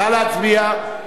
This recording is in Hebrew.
נא להצביע.